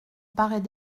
paraît